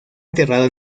enterrado